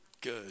Good